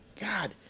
God